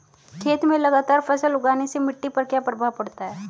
खेत में लगातार फसल उगाने से मिट्टी पर क्या प्रभाव पड़ता है?